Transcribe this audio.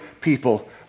people